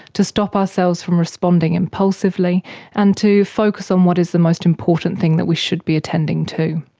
to stop ourselves from responding impulsively and to focus on what is the most important thing that we should be attending to.